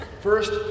First